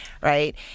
right